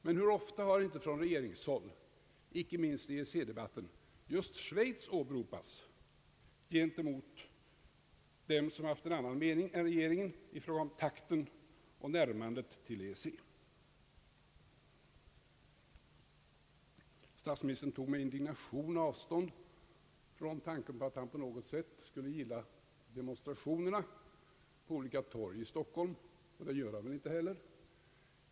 Men hur ofta har icke från regeringshåll — inte minst i EEC-debatten just Schweiz åberopats gentemot dem som haft en annan mening än regeringen i fråga om takten i närmandet till EEC? Statsministern tog med indignation avstånd från tanken på att han på något sätt skulle gilla demonstrationerna på olika torg i Stockholm, och det gör han väl inte heller.